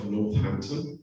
Northampton